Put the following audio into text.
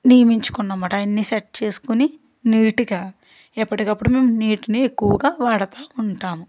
నియమించుకున్నాం అన్నమాట అవి అన్నీ సెట్ చేసుకోని నీట్గా ఎప్పటికప్పుడు మేము నీటిని ఎక్కువగా వాడతు ఉంటాం